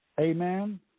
Amen